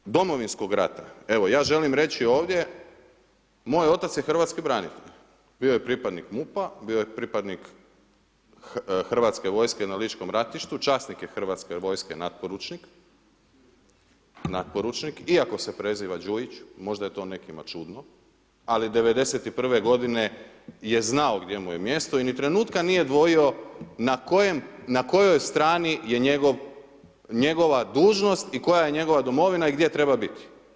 Što se tiče Domovinskog rata, evo ja želim reći ovdje moj otac je Hrvatski branitelj, bio je pripadnik MUP-a, bio je pripadnik Hrvatske vojske na ličkom ratištu, časnik je Hrvatske vojske, natporučnik, natporučnik, iako se preziva Đujić, možda je to nekima čudno, ali '91. godine je znao gdje mu je mjesto i ni trenutka nije dvojio na kojem, na kojoj strani je njegov, njegova dužnost i koja je njegova domovina i gdje treba biti.